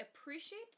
appreciate